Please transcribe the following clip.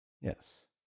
Yes